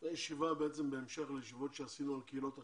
זו ישיבה בהמשך לישיבות שעשינו על קהילות אחרות,